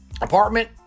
apartment